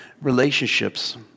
relationships